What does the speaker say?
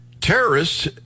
terrorists